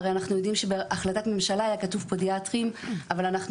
אנחנו יודעים שבהחלטת ממשלה היה כתוב פודיאטרים אבל אנחנו